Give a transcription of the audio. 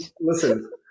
Listen